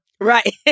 Right